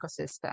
ecosystem